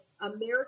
American